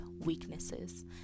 weaknesses